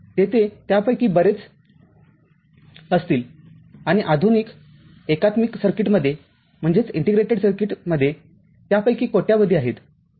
तेथे त्यापैकी बरेच असतील आणि आधुनिक एकात्मिक सर्किटमध्ये त्यापैकी कोट्यावधी आहेत